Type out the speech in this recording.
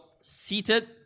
seated